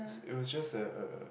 it was just a a a